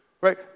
Right